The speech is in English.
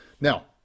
Now